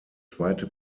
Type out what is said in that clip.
zweite